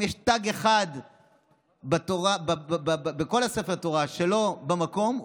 אם יש תג אחד בכל ספר התורה שלא במקום,